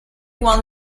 want